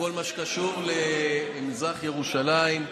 וכל מה שקשור למזרח ירושלים.